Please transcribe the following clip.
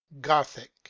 gothic